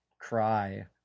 cry